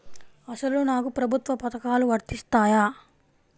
అసలు నాకు ప్రభుత్వ పథకాలు వర్తిస్తాయా?